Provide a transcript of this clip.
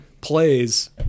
plays